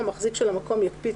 המחזיק של המקום יקפיד,